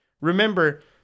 Remember